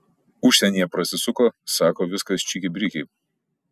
užsienyje prasisuko sako viskas čiki briki